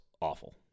awful